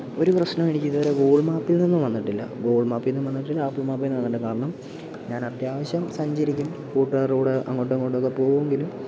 ഒരു പ്രശ്നവും എനിക്ക് ഇതുവരെ ഗൂഗിള് മാപ്പിൽ നിന്നും വന്നിട്ടില്ല ഗൂഗിള് മാപ്പിൽ നിന്നും വന്നിട്ടില്ല ആപ്പിൾ മാപ്പിൽ നിന്നും വന്നിട്ടില്ല കാരണം ഞാന് അത്യാവശ്യം സഞ്ചരിക്കും കൂട്ടുകാരുടെ കൂടെ അങ്ങോട്ടും ഇങ്ങോട്ടും ഒക്കെ പോവും വരും